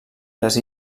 les